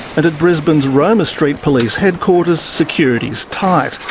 and at brisbane's roma street police headquarters security is tight,